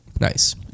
Nice